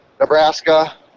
Nebraska